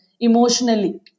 emotionally